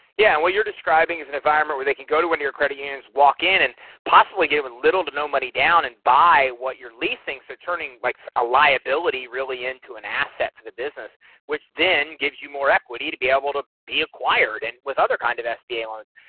yeah. when you're describing is an environment where they can go to when your credit unions walk in and possibly given little to no money down and buy what you're leasing. so turning like a liability really into an asset for the business which then gives you more equity to be able to be acquired and with other kinds of sba loans.